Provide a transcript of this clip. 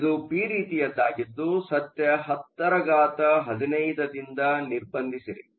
ಆದ್ದರಿಂದ ಇದು ಪಿ ರೀತಿಯದ್ದಾಗಿದ್ದುಸದ್ಯ 1015 ದಿಂದ ನಿರ್ಬಂಧಿಸಿರಿ